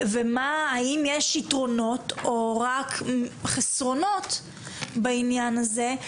והאם יש יתרונות, או רק חסרונות בעניין הזה.